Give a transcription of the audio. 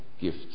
gift